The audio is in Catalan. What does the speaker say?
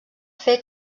fer